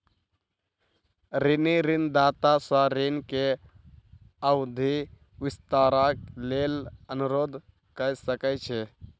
ऋणी ऋणदाता सॅ ऋण के अवधि विस्तारक लेल अनुरोध कय सकै छै